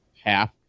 half